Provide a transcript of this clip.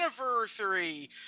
anniversary